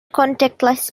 contactless